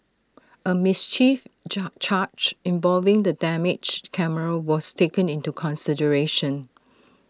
A mischief charge involving the damaged camera was taken into consideration